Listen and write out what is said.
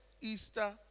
Easter